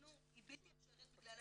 היא בלתי אפשרית בגלל ה